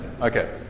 Okay